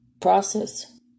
process